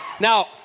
Now